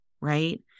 Right